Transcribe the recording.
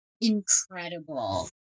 incredible